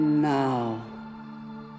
Now